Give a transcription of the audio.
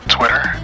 Twitter